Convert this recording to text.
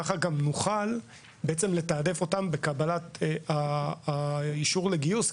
ככה גם נוכל לתעדף אותם בקבלת האישור לגיוס,